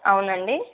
అవునండి